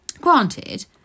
Granted